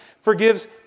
forgives